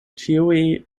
ĉiuj